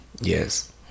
Yes